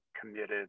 committed